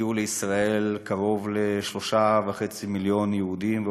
הגיעו לישראל קרוב ל-3.5 מיליון יהודים,